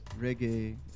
reggae